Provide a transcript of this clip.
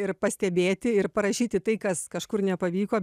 ir pastebėti ir parašyti tai kas kažkur nepavyko